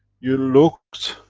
you looked